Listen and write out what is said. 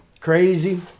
crazy